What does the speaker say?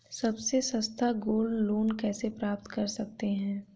सबसे सस्ता gold loan कैसे प्राप्त कर सकते हैं?